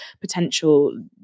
potential